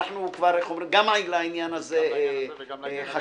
גם על העניין הזה חשבנו,